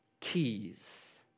Keys